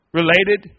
related